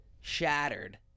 shattered